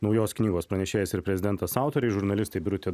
naujos knygos pranešėjas ir prezidentas autoriai žurnalistai birutė